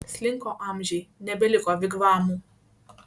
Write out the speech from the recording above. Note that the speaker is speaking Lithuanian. slinko amžiai nebeliko vigvamų